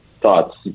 thoughts